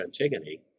Antigone